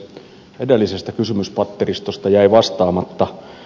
edellisestä kysymyspatteristosta jäi vastaamatta ed